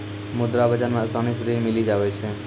मुद्रा बाजार मे आसानी से ऋण मिली जावै छै